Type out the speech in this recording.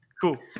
Cool